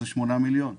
זה 8 מיליון שקל.